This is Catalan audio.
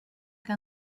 que